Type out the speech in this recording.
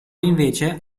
invece